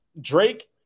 Drake